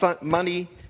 money